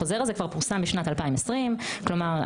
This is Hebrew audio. החוזר הזה כבר פורסם בשנת 2020. כלומר,